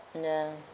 ya